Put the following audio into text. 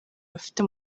bafite